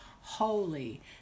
holy